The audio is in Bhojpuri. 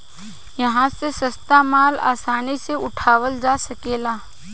इहा से सस्ता माल आसानी से उठावल जा सकेला